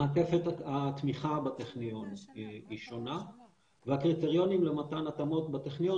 מעטפת התמיכה בטכניון היא שונה והקריטריונים למתן התאמות בטכניון